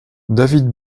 david